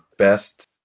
best